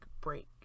break